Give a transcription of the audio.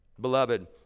Beloved